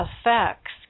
effects